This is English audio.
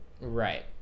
Right